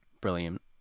Brilliant